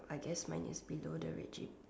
I guess mine is below the red jeep